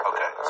Okay